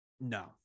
No